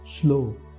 slow